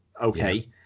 okay